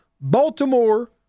Baltimore